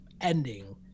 ending